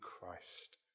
Christ